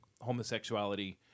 homosexuality